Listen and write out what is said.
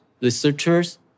researchers